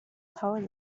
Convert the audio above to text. power